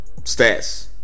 stats